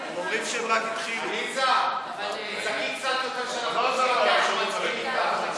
אז הסתייגות מס'